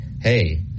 Hey